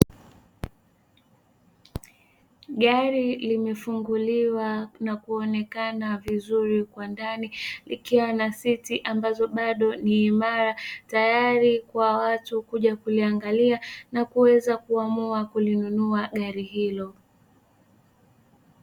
Gari imefunguliwa na kuonekana vizuri kwa ndani ikiwa na siti, ambazo bado ni imara tayari kwa watu kuja kuliangalia na kuweza kuamua kulinunua gari hilo.